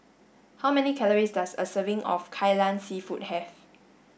how many calories does a serving of Kai Lan seafood have